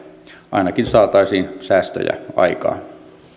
ainakin saataisiin säästöjä aikaan